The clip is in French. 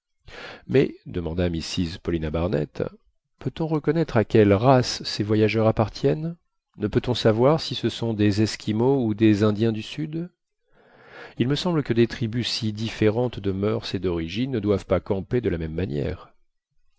mais demanda mrs paulina barnett peut-on reconnaître à quelle race ces voyageurs appartiennent ne peut-on savoir si ce sont des esquimaux ou des indiens du sud il me semble que des tribus si différentes de moeurs et d'origine ne doivent pas camper de la même manière